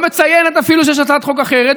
לא מציינת אפילו שיש הצעת חוק אחרת,